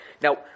Now